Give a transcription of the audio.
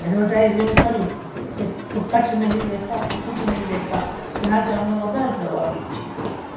advertise જેવું કર્યું કે કચ્છ નહીં દેખા તો કુછ નહીં દેખા એનાથી અમે વધારે પ્રભાવિત છીએ